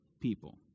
people